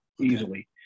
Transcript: easily